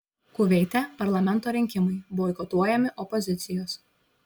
kuveite parlamento rinkimai boikotuojami opozicijos